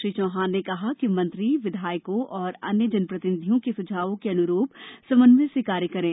श्री चौहान ने कहा कि मंत्री विधायकों और अन्य जनप्रतिनिधियों के सुझावों के अनुरूप समन्वय से कार्य करें